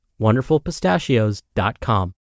WonderfulPistachios.com